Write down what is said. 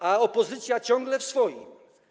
A opozycja ciągle przy swoim.